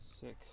Six